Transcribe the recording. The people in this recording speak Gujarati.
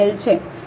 1